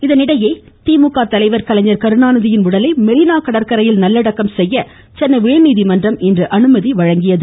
கலைஞ்ட மெரீனா இதனிடையே திமுக தலைவர் கலைஞர் கருணாநிதியின் உடலை மெரீனா கடற்கரையில் நல்லடக்கம் செய்ய சென்னை உயா்நீதிமன்றம் இன்று அனுமதி வழங்கியது